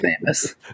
famous